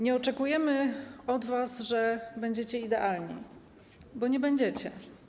Nie oczekujemy od was, że będziecie idealni, bo nie będziecie.